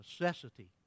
necessity